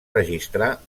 registrar